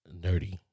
Nerdy